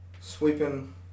sweeping